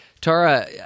Tara